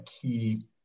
key